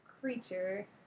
creature